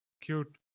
cute